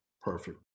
perfect